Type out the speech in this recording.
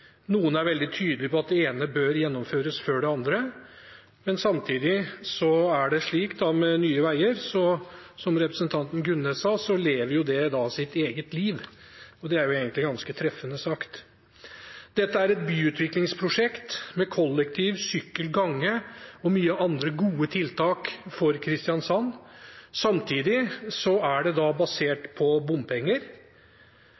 Noen er veldig tydelige på at det ene prosjektet bør gjennomføres før det andre, men samtidig er det slik at med Nye Veier lever det da sitt eget liv, som representanten Gunnes sa. Det er egentlig ganske treffende sagt. Dette er et byutviklingsprosjekt med kollektivtrafikk, sykkel og gange og mange andre gode tiltak for Kristiansand. Samtidig er det